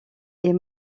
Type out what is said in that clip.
est